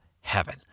heaven